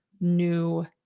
new